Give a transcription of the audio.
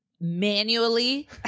manually